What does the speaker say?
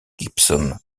gibson